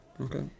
Okay